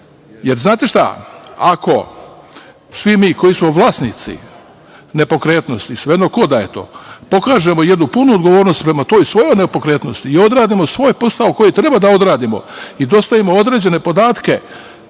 Jer, znate šta, ako svi mi koji smo vlasnici nepokretnosti, sve jedno ko je to, pokažemo jednu punu odgovornost prema toj svojoj nepokretnosti i odradimo svoj posao koji treba da odradimo i dostavimo određene podatke